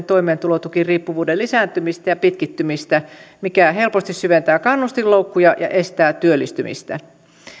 toimeentulotukiriippuvuuden lisääntymistä ja pitkittymistä mikä helposti syventää kannustinloukkuja ja estää työllistymistä